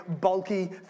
bulky